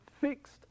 fixed